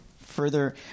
further